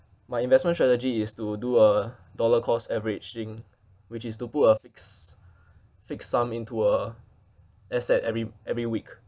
my investment strategy is to do uh dollar cost averaging which is to put a fixed fixed sum into a asset every every week